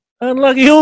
Unlucky